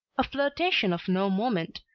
a flirtation of no moment,